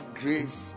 grace